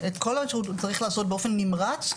כל מה שהוא צריך לעשות באופן נמרץ,